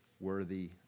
worthy